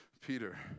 Peter